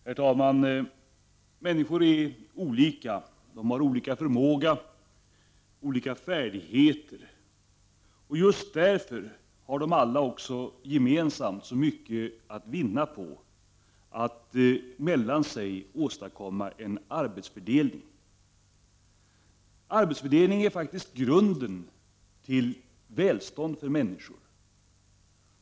Herr talman! Människor är olika. De har olika förmåga och olika färdigheter. Just därför har alla också gemensamt så mycket att vinna på att mellan sig åstadkomma en arbetsfördelning. Arbetsfördelning är faktiskt grunden till välstånd för människor.